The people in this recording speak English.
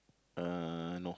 uh no